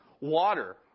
water